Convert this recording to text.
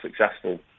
successful